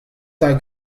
hag